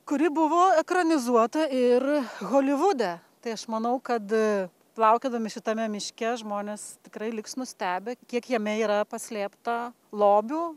kuri buvo ekranizuota ir holivude tai aš manau kad plaukiodami šitame miške žmonės tikrai liks nustebę kiek jame yra paslėpta lobių